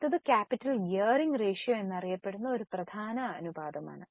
അടുത്തത് capital gearing ratio എന്നറിയപ്പെടുന്ന ഒരു പ്രധാന അനുപാതമാണ്